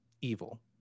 evil